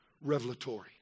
revelatory